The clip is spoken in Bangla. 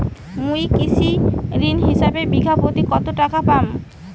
মুই কৃষি ঋণ হিসাবে বিঘা প্রতি কতো টাকা পাম?